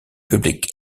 public